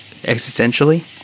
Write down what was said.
existentially